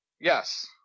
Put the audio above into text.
yes